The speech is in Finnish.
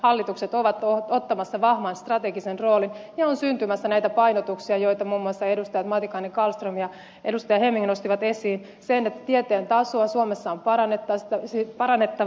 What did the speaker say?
hallitukset ovat ottamassa vahvan strategisen roolin ja on syntymässä näitä painotuksia joita muun muassa edustajat matikainen kallström ja hemming nostivat esiin sen että tieteen tasoa suomessa on parannettava